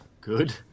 Good